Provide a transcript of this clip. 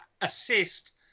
assist